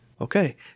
Okay